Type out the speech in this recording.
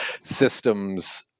systems